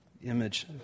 Image